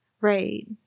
Right